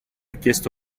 chiesto